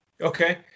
Okay